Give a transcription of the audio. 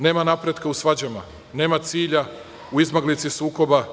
Nema napretka u svađama, nema cilja u izmaglici sukoba.